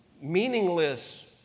meaningless